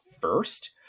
first